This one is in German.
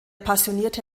passionierte